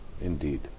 Indeed